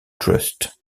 trust